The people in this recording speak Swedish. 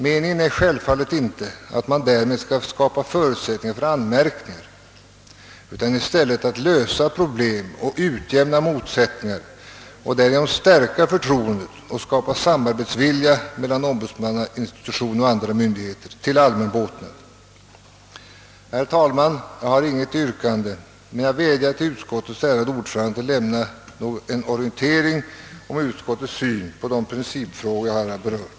Meningen är självfallet inte att man därmed skall skapa förutsättningar för anmärkningar utan i stället att lösa problem och utjämna motsättningar och därigenom stärka förtroendet och skapa samarbetsvilja mellan ombudsmannainstitutionen och andra myndigheter till allmän båtnad. Herr talman! Jag har inget yrkande men vädjar till utskottets ärade ordförande att lämna en orientering om utskottets syn på de principfrågor som jag här har berört.